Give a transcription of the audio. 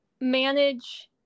manage